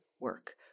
work